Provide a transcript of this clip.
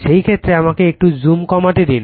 এই ক্ষেত্রে আমাকে একটু জুমটা কমাতে দিন